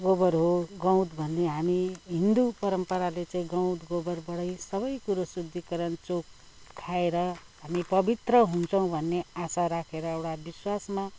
गोबर हो गाउत भन्ने हामी हिन्दू परम्पराले चाहिँ गाउत गोबरबाटै सबै कुरो शुद्धिकरण चोखाएर हामी पवित्र हुन्छौँ भन्ने आशा राखेर एउटा विश्वासमा